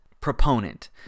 proponent